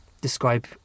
describe